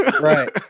Right